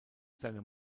seine